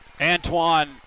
Antoine